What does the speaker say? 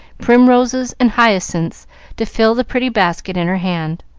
primroses, and hyacinths to fill the pretty basket in her hand.